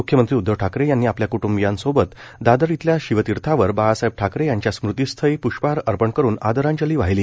मुख्यमंत्री उद्धव ठाकरे यांनी आपल्या क्ट्ंबियांसोबत दादर इथल्या शिवतीर्थावर बाळासाहेब ठाकरे यांच्या स्मृतीस्थळी पृष्पहार अर्पण करून आदरांजली वाहिली